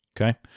okay